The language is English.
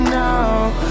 now